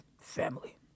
family